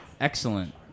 Excellent